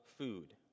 food